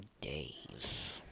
days